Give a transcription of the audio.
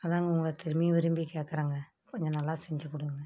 அதாங்க உங்களை திரும்பியும் விரும்பி கேட்குறங்க கொஞ்சம் நல்லா செஞ்சு கொடுங்க